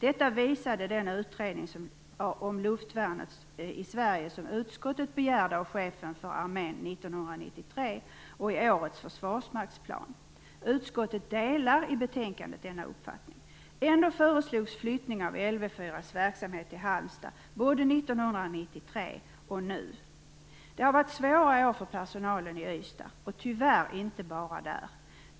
Detta visade den utredning om luftvärnet i 1993, liksom årets försvarsmaktsplan. Utskottet delar i betänkandet denna uppfattning. Ändå föreslogs flyttningen av verksamheten vid LV 4 i Halmstad både 1993 och nu. Det har varit svåra år för personalen i Ystad - tyvärr gäller det inte bara där.